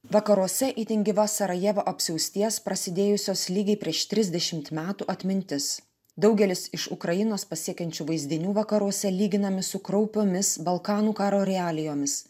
vakaruose itin gyva sarajevo apsiausties prasidėjusios lygiai prieš trisdešimt metų atmintis daugelis iš ukrainos pasiekiančių vaizdinių vakaruose lyginami su kraupiomis balkanų karo realijomis